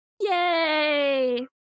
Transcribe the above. yay